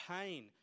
pain